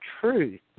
truth